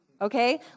okay